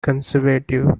conservative